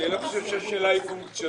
אני לא חושב שהשאלה היא פונקציונלית.